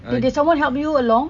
did someone help you along